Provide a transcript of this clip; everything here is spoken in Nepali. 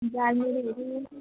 झालमुरीहरू